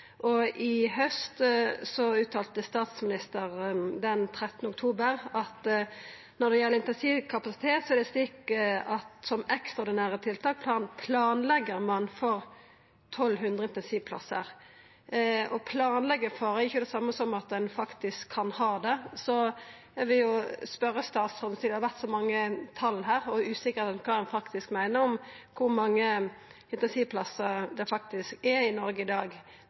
I haust uttalte statsministeren den 5. november: «Når det gjelder intensivkapasitet, er det slik at som ekstraordinære tiltak planlegger man for 1 200 intensivplasser Å planleggja for noko er ikkje det same som at ein faktisk kan ha det. Eg vil spørja statsråden, sidan det har vore så mange tal her og usikkerheit om kva ein faktisk meiner, om kor mange intensivplassar det faktisk er i Noreg i dag.